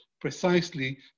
precisely